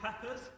Peppers